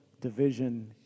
division